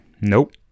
Nope